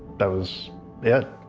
that was it.